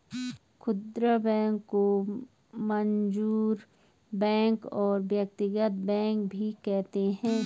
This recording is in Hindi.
खुदरा बैंक को कंजूमर बैंक और व्यक्तिगत बैंक भी कहते हैं